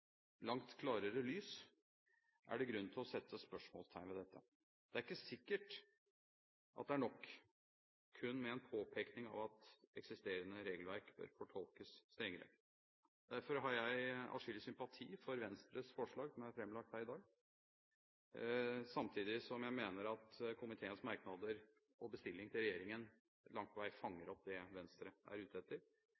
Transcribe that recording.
langt klarere lys, er det grunn til å sette spørsmålstegn ved dette. Det er ikke sikkert at det er nok kun med en påpeking av at eksisterende regelverk bør fortolkes strengere. Derfor har jeg atskillig sympati for Venstres forslag som er framlagt her i dag, samtidig som jeg mener at komiteens merknader og bestilling til regjeringen langt på vei